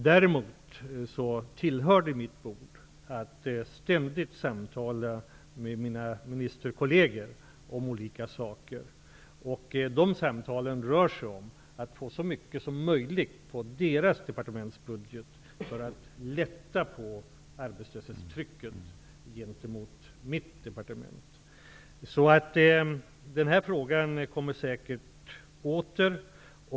Däremot tillhör det mitt bord att ständigt samtala med mina ministerkolleger om olika saker, bl.a. om att få över så mycket som möjligt på deras departementsbudgetar för att lätta på arbetslöshetstrycket på mitt departement. Denna fråga kommer därför säkerligen åter.